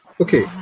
okay